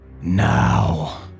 Now